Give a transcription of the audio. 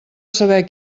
saber